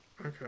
Okay